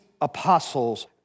apostles